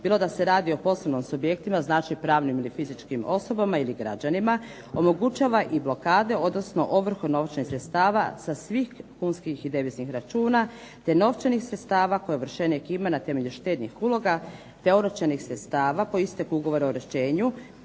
bilo da se radi o poslovnim subjektima, znači pravnim ili fizičkim osobama ili građanima, omogućava i blokade odnosno ovrhu novčanih sredstava sa svih kunskih i deviznih računa te novčanih sredstava koje ovršenik ima na temelju štednih uloga te oročenih sredstava po isteku ugovora o oročenju,